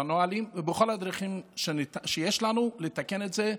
בנהלים ובכל הדרכים שיש לנו לתקן את זה.